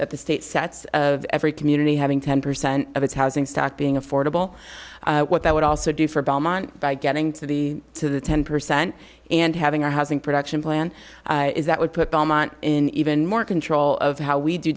that the state sets of every community having ten percent of its housing stock being affordable what that would also do for belmont by getting to the to the ten percent and having a housing production plan that would put belmont in even more control of how we do